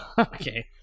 Okay